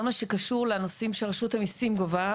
מה שקשור לנושאים שרשות המיסים גובה,